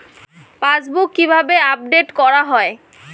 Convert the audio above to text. Passbook কিভাবে update করা হয়?